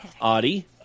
Audie